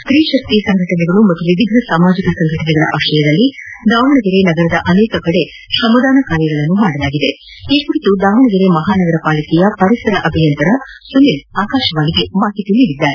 ಸ್ತೀ ಶಕ್ತಿ ಸಂಘಟನೆಗಳು ಹಾಗೂ ವಿವಿಧ ಸಾಮಾಜಿಕ ಸಂಘಟನೆಗಳ ಆಶ್ರಯದಲ್ಲಿ ನಗರದ ಅನೇಕ ಕಡೆಗಳಲ್ಲಿ ತ್ರಮದಾನ ಕಾರ್ಯಗಳನ್ನು ಮಾಡಲಾಗಿದೆ ಈ ಕುರಿತು ದಾವಣಗೆರೆ ಮಹಾನಗರ ಪಾಲಿಕೆ ಪರಿಸರ ಅಭಿಯಂತರ ಸುನಿಲ್ ಆಕಾಶವಾಣಿಗೆ ಮಾಹಿತಿ ನೀಡಿದ್ದಾರೆ